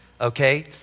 okay